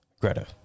Greta